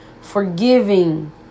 forgiving